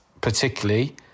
particularly